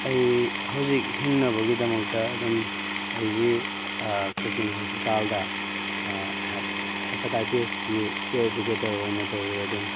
ꯑꯩ ꯍꯧꯖꯤꯛ ꯍꯤꯡꯅꯕꯒꯤꯗꯃꯛꯇ ꯑꯗꯨꯝ ꯑꯩꯒꯤ ꯀꯛꯆꯤꯡ ꯍꯣꯁꯄꯤꯇꯥꯜꯗ ꯍꯦꯄꯥꯇꯥꯏꯇꯤꯁꯀꯤ ꯄꯤ ꯑꯥꯏ ꯏꯗꯨꯀꯦꯇꯔ ꯑꯣꯏꯅ ꯇꯧꯏ ꯑꯗꯨꯝ